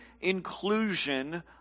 inclusion